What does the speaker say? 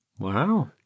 Wow